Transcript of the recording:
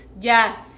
Yes